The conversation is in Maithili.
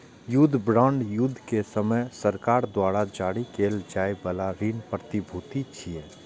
युद्ध बांड युद्ध के समय सरकार द्वारा जारी कैल जाइ बला ऋण प्रतिभूति छियै